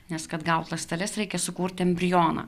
nes kad gaut ląsteles reikia sukurti embrioną